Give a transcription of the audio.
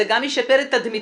זה גם ישפר את תדמיתם,